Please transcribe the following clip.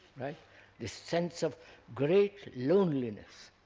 this sense of great loneliness.